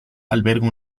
alberga